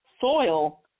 soil